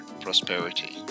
prosperity